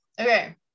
Okay